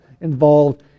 involved